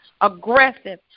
aggressive